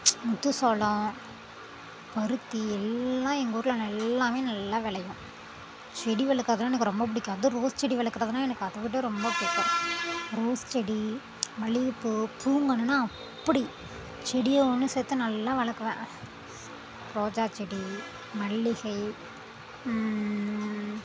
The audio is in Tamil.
முத்து சோளம் பருத்தி எல்லாம் எங்கள் ஊரில் எல்லாம் நல்லா விளையும் செடி வளக்கிறதுனா எனக்கு ரொம்ப பிடிக்கும் அதுவும் ரோஸ் செடி வளக்கிறதுனா எனக்கு அதை விட ரொம்ப பிடிக்கும் ரோஸ் செடி மல்லிகப்பூ பூங்கன்றுனா அப்படி செடியை ஒன்று சேர்த்து நல்லா வளக்குவேன் ரோஜா செடி மல்லிகை